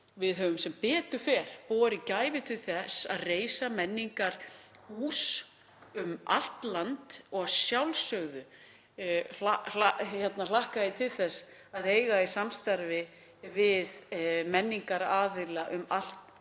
Við höfum sem betur fer borið gæfu til þess að reisa menningarhús um allt land og að sjálfsögðu hlakka ég til þess að eiga í samstarfi við menningaraðila um allt land,